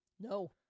No